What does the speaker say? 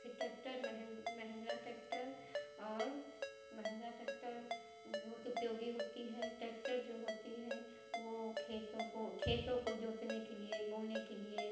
फिर tractor Mahindra tractor और Mahindra tractor बहुत उपयोगी होती है ट्रैक्टर जो होती है वह खेतों को खेतों को जोतने के लिए बोने के लिए